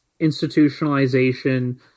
institutionalization